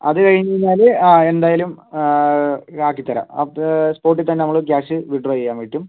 അത് കഴിഞ്ഞു കഴഞ്ഞാൽ ആ എന്തായാലും ആക്കിത്തരാം അത് സ്പോട്ടിൽത്തന്നെ നമ്മൾ ക്യാഷ് വിഡ്രൊ ചെയ്യാൻ പറ്റും